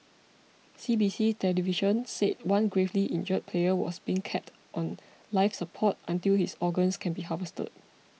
C B C television said one gravely injured player was being kept on life support until his organs can be harvested